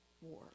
war